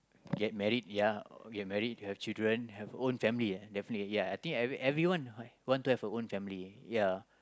get married ya or get married have children have own family eh definitely ya I think everyone everyone want to have a own family eh ya